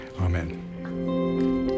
amen